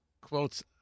quotes